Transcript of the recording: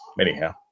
Anyhow